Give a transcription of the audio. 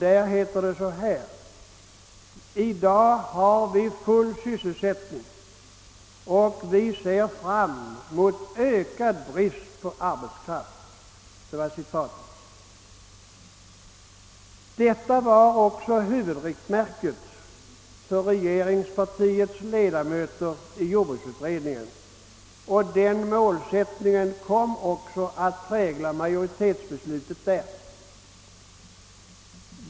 Där heter det: »I dag har vi full sysselsättning och vi ser fram mot ökad brist på arbetskraft.» Detta var också huvudriktmärket för regeringspartiets ledamöter i jordbruksutredningen, och den målsättningen kom också att prägla majoritetsbeslutet där.